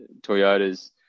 Toyotas